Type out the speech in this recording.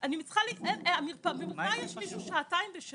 הם לא היה להם מושג שיש דבר כזה סל